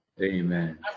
Amen